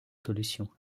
solution